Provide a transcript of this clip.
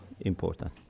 important